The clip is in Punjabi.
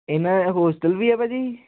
ਇਹਨਾਂ ਹੋਸਟਲ ਵੀ ਹੈ ਭਾਅ ਜੀ